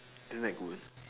isn't that good